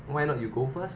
why not you go first